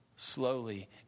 Slowly